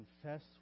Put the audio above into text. confess